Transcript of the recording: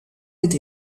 with